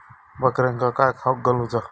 बकऱ्यांका काय खावक घालूचा?